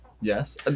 Yes